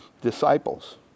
disciples